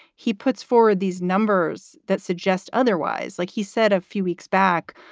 he puts forward these numbers that suggest otherwise. like he said a few weeks back.